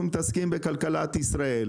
כי אנחנו מתעסקים בכלכלת ישראל.